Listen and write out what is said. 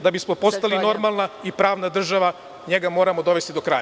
Da bismo postali normalna i pravna država, njega moramo dovesti do kraja.